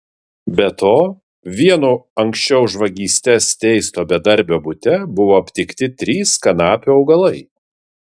be to vieno anksčiau už vagystes teisto bedarbio bute buvo aptikti trys kanapių augalai